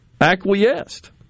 acquiesced